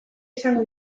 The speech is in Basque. izango